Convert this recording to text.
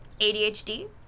ADHD